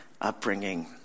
upbringing